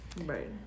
Right